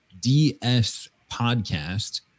DSPODCAST